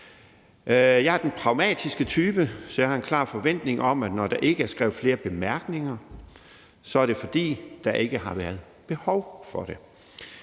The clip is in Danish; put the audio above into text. Jeg er den pragmatiske type, så jeg har en klar forventning om, at når der ikke er skrevet flere bemærkninger, er det, fordi der ikke har været behov for det.